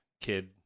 kid